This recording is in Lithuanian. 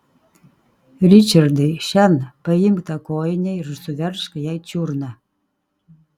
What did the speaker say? ričardai šen paimk tą kojinę ir suveržk jai čiurną